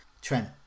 Trent